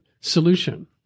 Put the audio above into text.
solution